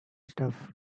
stuff